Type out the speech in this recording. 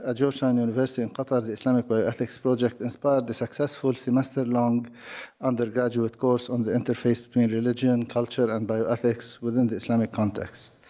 ah georgetown university in qatar, the islamic bioethics project inspired the successful semester-long undergraduate course on the interface between religion, culture and bioethics within the islamic context.